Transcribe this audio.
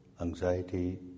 anxiety